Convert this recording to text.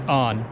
on